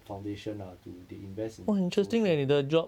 foundation ah to they invest in social